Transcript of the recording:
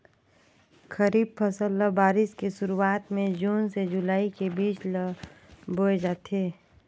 खरीफ फसल ल बारिश के शुरुआत में जून से जुलाई के बीच ल बोए जाथे